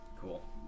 Cool